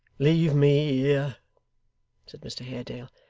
leave me here said mr haredale,